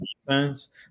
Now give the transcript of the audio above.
defense